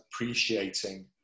appreciating